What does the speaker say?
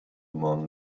among